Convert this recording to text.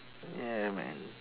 ya man